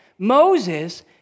Moses